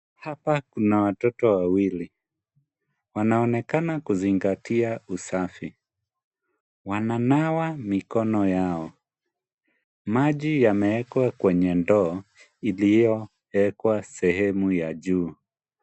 Hapa kuna watoto wawili. Wanaonekana kuzingatia usafi, wananawa mikono yao, maji yamewekwa kwenye ndoo iliyowekwa sehemu ya juu.